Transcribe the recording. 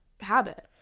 habit